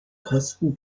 kosten